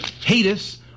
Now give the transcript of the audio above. haters